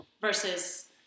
versus